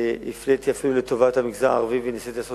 אפילו הפליתי לטובת המגזר הערבי וניסיתי לעשות